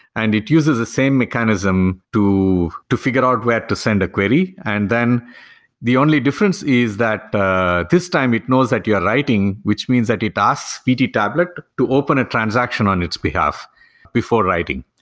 and it uses the same mechanism to to figure out where to send a query. and then the only difference is that this time it knows that you are writing, which means that it asks vt tablet to open a transaction on its behalf before writing.